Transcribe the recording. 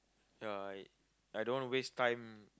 ya I I don't wanna waste time